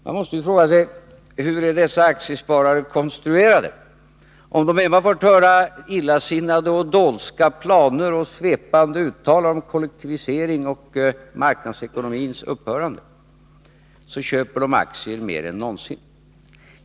Man måste fråga sig hur dessa aktieköpare är funtade. Om de får höra talas om illasinnade och dolska planer och hör svepande uttalanden om kollektivisering och marknadsekonomins upphörande, så köper de aktier mer än någonsin!